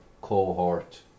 cohort